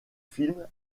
films